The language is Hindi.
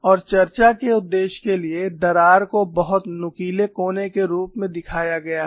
और चर्चा के उद्देश्य के लिए दरार को बहुत नुकीले कोने के रूप में दिखाया गया है